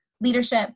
leadership